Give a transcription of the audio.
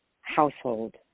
household